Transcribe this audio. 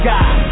God